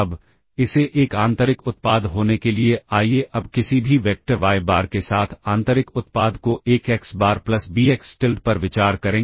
अब इसे एक आंतरिक उत्पाद होने के लिए आइए अब किसी भी वेक्टर वाय बार के साथ आंतरिक उत्पाद को एक x bar plus b x tilde पर विचार करें